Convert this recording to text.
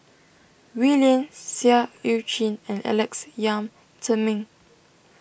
Wee Lin Seah Eu Chin and Alex Yam Ziming